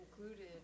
included